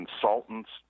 consultant's